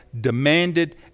demanded